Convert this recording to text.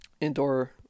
Indoor